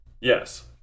Yes